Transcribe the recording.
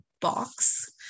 box